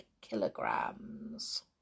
kilograms